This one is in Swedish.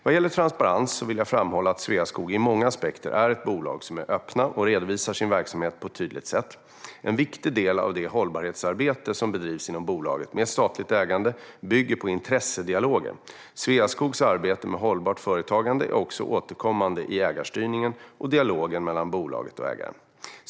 Vad gäller transparens vill jag framhålla att Sveaskog från många aspekter är ett bolag som är öppet och redovisar sin verksamhet på ett tydligt sätt. En viktig del av det hållbarhetsarbete som bedrivs inom bolaget med statligt ägande bygger på intressentdialoger. Sveaskogs arbete med hållbart företagande är också återkommande i ägarstyrningen och dialogen mellan bolaget och ägaren.